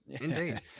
Indeed